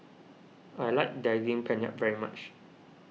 I like Daging Penyet very much